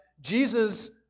Jesus